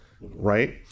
right